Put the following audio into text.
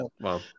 wow